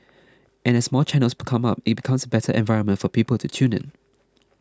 and as more channels become up it becomes a better environment for people to tune in